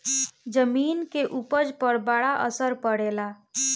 जमीन के उपज पर बड़ा असर पड़ेला